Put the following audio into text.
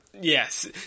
...yes